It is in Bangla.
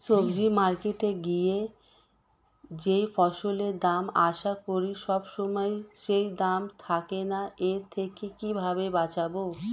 সবজি মার্কেটে গিয়ে যেই ফসলের দাম আশা করি সবসময় সেই দাম থাকে না এর থেকে কিভাবে বাঁচাবো?